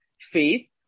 Faith